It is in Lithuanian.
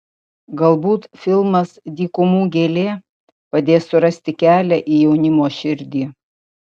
galbūt filmas dykumų gėlė padės surasti kelią į jaunimo širdį